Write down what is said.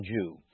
Jew